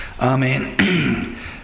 Amen